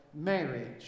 marriage